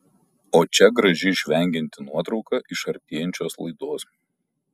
o čia graži žvengianti nuotrauka iš artėjančios laidos